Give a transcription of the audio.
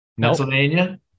Pennsylvania